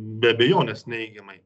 be abejonės neigiamai